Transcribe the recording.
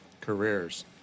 careers